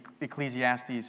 Ecclesiastes